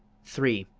three.